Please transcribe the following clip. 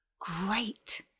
Great